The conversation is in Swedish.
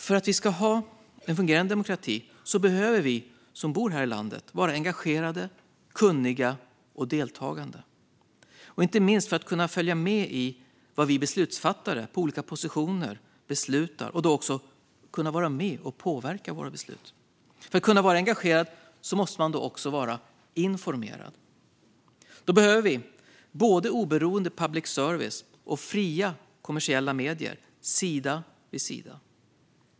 För att vi ska ha en fungerande demokrati behöver vi som bor här i landet vara engagerade, kunniga och deltagande, inte minst för att kunna följa med i vad vi beslutsfattare på olika positioner beslutar och då också kunna vara med och påverka våra beslut. För att kunna vara engagerad måste man också vara informerad. Då behöver vi både oberoende public service och fria kommersiella medier, sida vid sida.